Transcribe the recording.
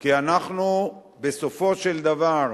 כי אנחנו בסופו של דבר,